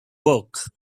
work